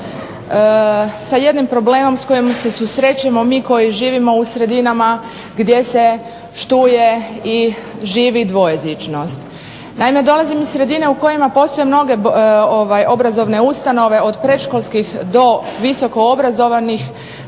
sa jednim problemom s kojim se susrećemo mi koji živimo u sredinama gdje se štuje i živi dvojezičnost. Naime, dolazim iz sredine u kojoj postoje mnoge obrazovne ustanove, od predškolskih do visoko obrazovanih